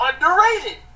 underrated